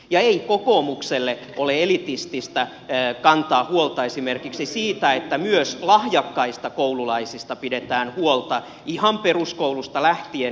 ja ei kokoomukselle ole elitististä kantaa huolta esimerkiksi siitä että myös lahjakkaista koululaisista pidetään huolta ihan peruskoulusta lähtien